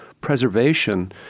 preservation